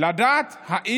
אינו נוכח,